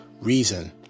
reason